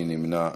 מי נמנע?